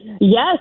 Yes